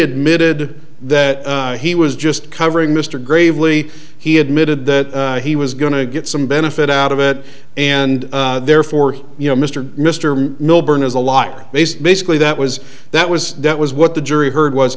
admitted that he was just covering mr gravely he admitted that he was going to get some benefit out of it and therefore he you know mr mr milburn is a lot he's basically that was that was that was what the jury heard was